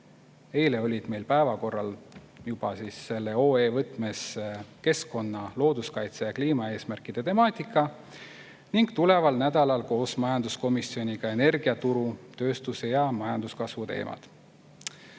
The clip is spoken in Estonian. Eile olid meil päevakorral juba selle OE võtmes keskkonna‑, looduskaitse‑ ja kliimaeesmärkide temaatika ning tuleval nädalal koos majanduskomisjoniga energiaturu, tööstuse ja majanduskasvu teemad.